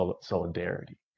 solidarity